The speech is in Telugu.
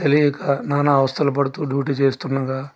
తెలీక నానా అవస్థలు పడుతూ డ్యూటీ చేస్తున్నాగా